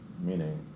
meaning